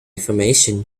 information